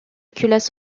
culasse